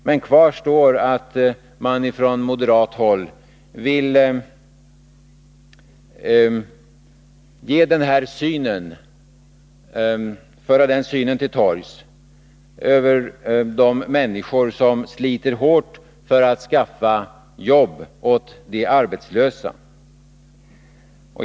Men kvar står att man från moderat håll vill föra till torgs en sådan syn på de människor som sliter hårt för att skaffa jobb åt de arbetslösa.